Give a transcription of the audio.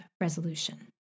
resolution